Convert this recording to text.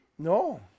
No